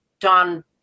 Don